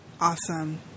Awesome